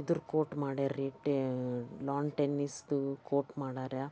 ಇದರ ಕೋರ್ಟ್ ಮಾಡ್ಯಾರ್ರಿ ಟೇ ನಾನು ಟೆನ್ನಿಸ್ದು ಕೋರ್ಟ್ ಮಾಡಾರ್ರೀ